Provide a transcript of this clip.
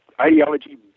Ideology